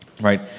right